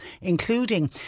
including